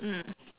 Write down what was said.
mm